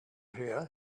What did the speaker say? here